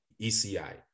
ECI